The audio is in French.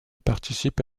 participe